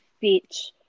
Beach